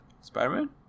Spider-Man